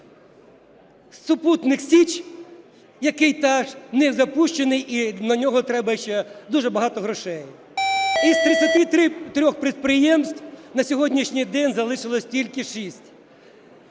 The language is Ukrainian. супутник "Січ", який теж не запущений і на нього треба ще дуже багато грошей. Із 33 підприємств на сьогоднішній день залишилось тільки